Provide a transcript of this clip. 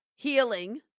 healing